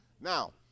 Now